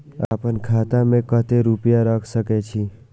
आपन खाता में केते रूपया रख सके छी?